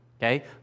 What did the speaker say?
Okay